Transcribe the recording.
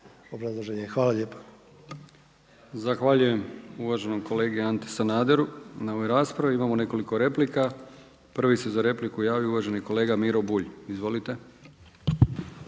Milijan (HDZ)** Zahvaljujem uvaženom kolegi Anti Sanaderu, na ovoj raspravi. Imamo nekoliko replika. Prvi se za repliku javio uvaženi kolega Miro Bulj. Izvolite.